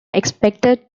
expected